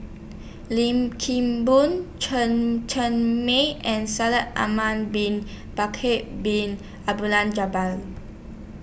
Lim Kim Boon Chen Cheng Mei and Shaikh Ahmad Bin Bakar Bin Abdullah Jabbar